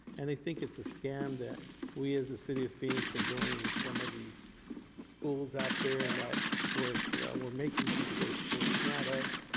and they think it's a scam that we, as the city of phoenix are doing with some of the schools out there and that we're we're making people going to school. it's not us.